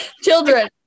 Children